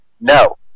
no